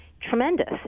tremendous